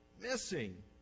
missing